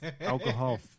alcohol